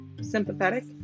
sympathetic